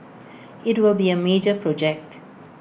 IT will be A major project